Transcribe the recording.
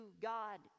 God